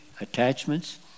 attachments